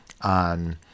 on